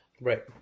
Right